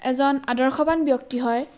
এজন আদৰ্শৱান ব্যক্তি হয়